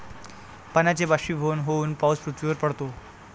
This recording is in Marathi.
पाण्याचे बाष्पीभवन होऊन पाऊस पृथ्वीवर पडतो